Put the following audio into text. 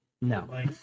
No